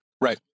Right